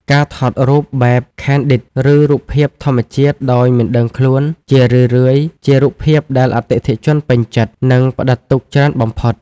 ការថតរូបបែប Candid ឬរូបភាពធម្មជាតិដោយមិនដឹងខ្លួន ជារឿយៗជារូបភាពដែលអតិថិជនពេញចិត្ត និងផ្ដិតទុកច្រើនបំផុត។